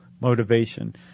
motivation